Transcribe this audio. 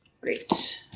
Great